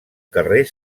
carrer